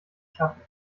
schatten